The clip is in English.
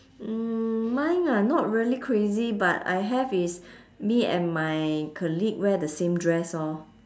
mm mine ah not really crazy but I have is me and my colleague wear the same dress orh